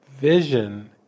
vision